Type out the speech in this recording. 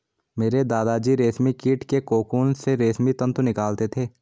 मेरे दादा जी रेशमी कीट के कोकून से रेशमी तंतु निकालते थे